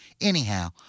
Anyhow